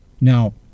Now